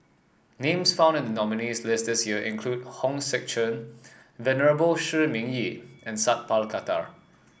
names found in the nominees' list this year include Hong Sek Chern Venerable Shi Ming Yi and Sat Pal Khattar